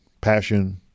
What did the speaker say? Passion